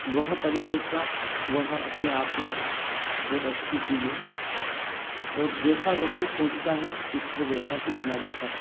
वह परिकल्पना वह अपने आप में एक बहुत अच्छी चीज है और जैसा व्यक्ति सोचता है चित्र वैसा ही बना लेता है